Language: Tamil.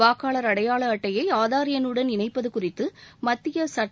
வாக்காளர் அடையாள அட்டையை ஆதார் எண்ணுடன் இணைப்பது குறித்து மத்திய சட்ட